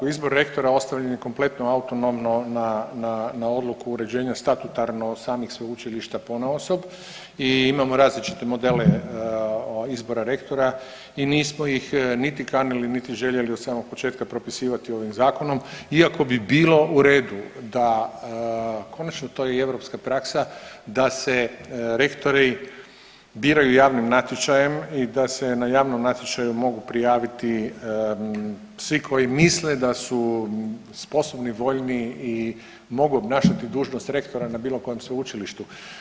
Izbor rektora ostavljen je kompletno autonomno na odluku uređenja statutarno samih sveučilišta ponaosob i imamo različite modele izbora rektora i nismo ih niti kanili, niti željeli od samog početka propisivati ovim zakonom iako bi bilo u redu da konačno to je i europska praksa da se rektori biraju javnim natječajem i da se na javnom natječaju mogu prijaviti svi koji misle da su sposobni, voljni i mogu obnašati dužnost rektora na bilo kojem sveučilištu.